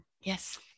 yes